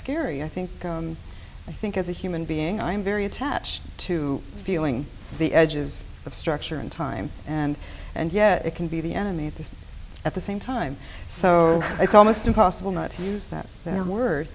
scary i think i think as a human being i'm very attached to feeling the edges of structure and time and and yet it can be the enemy at this at the same time so it's almost impossible not to use that word